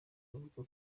bavuga